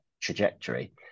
trajectory